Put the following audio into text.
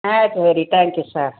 ஆ சரி thank you sir